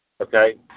Okay